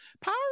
Power